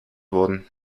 worden